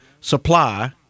supply